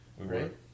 Right